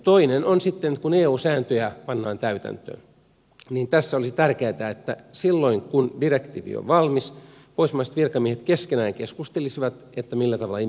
toinen asia on se että kun eu sääntöjä pannaan täytäntöön niin tässä olisi tärkeätä että silloin kun direktiivi on valmis pohjoismaiset virkamiehet keskenään keskustelisivat millä tavalla implementointi tapahtuu